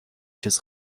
چیز